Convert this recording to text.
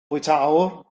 bwytäwr